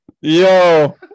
yo